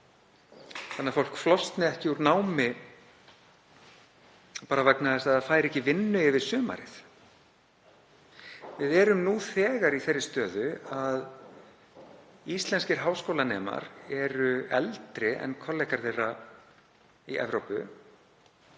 þannig að fólk flosni ekki úr námi bara vegna þess að það fær ekki vinnu yfir sumarið. Við erum nú þegar í þeirri stöðu að íslenskir háskólanemar eru eldri en kollegar þeirra annars